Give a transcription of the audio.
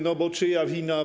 No bo czyja wina?